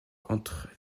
entre